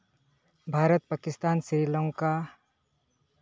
Bharat Pakistan Sri Lanka